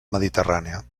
mediterrània